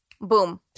Boom